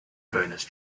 bonus